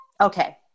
Okay